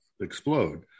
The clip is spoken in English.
explode